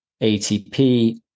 ATP